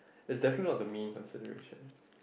is definitely of the main consideration